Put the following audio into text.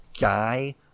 guy